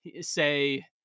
Say